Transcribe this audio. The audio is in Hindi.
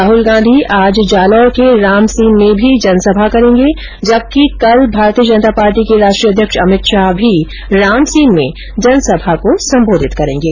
राहल गांधी आज जालौर को रामसीन में भी जनसभा को संबोधित करेंगे जबकि कल भारतीय जनता पार्टी के राष्ट्रीय अध्यक्ष अमित शाह भी रामसीन में जनसभा को संबोधित करेंगे